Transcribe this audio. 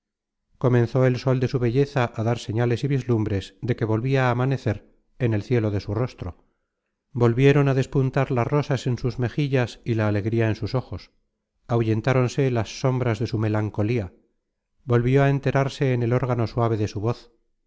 comenzó el sol de su belleza á dar señales y vislumbres de que volvia á amanecer en el cielo de su rostro volvieron a despuntar las rosas en sus mejillas y la alegría en sus ojos ahuyentáronse las sombras de su melancolía volvió a enterarse en el órgano suave de su voz